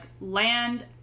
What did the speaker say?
land